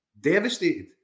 devastated